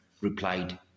replied